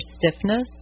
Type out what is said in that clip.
stiffness